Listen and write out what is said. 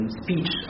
speech